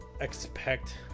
expect